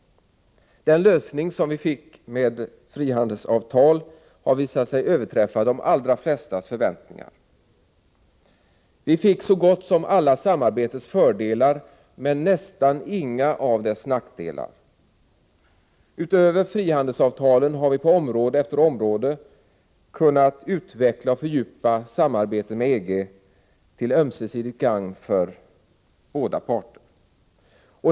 Den lösning som vi fick med frihandelsavtal har visat sig överträffa de flestas förväntningar. Vi fick så gott som alla samarbetets fördelar, men nästan inga av dess nackdelar. Utöver frihandelsavtalen har vi på område efter område kunnat utveckla och fördjupa samarbetet med EG till gagn för båda parter.